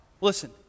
Listen